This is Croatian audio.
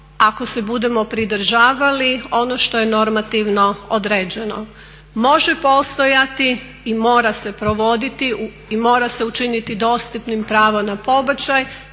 ako se budemo pridržavali ono što je normativno određeno. Može postojati i mora se provoditi, i mora se učiniti dostupnim pravo na pobačaj.